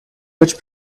which